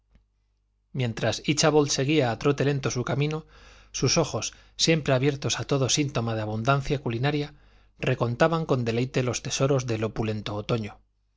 mientras íchabod seguía a trote lento su camino sus ojos siempre abiertos a todo síntoma de abundancia culinaria recontaban con deleite los tesoros del opulento otoño